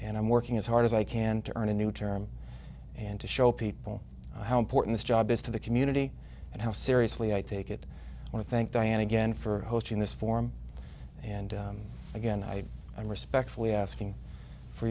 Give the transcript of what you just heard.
and i'm working as hard as i can to earn a new term and to show people how important this job is to the community and how seriously i take it or thank diane again for hosting this form and again i respectfully asking for